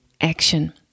action